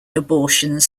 abortions